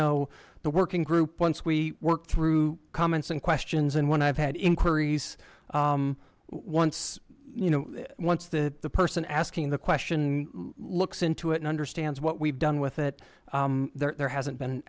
no the working group once we work through comments and questions and when i've had inquiries once you know once that the person asking the question looks into it and understands what we've done with it there hasn't been